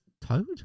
Toad